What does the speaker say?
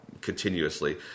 continuously